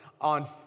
on